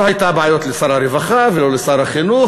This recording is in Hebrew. לא היו בעיות לשר הרווחה ולא לשר החינוך